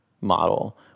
model